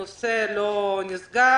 הנושא לא נסגר.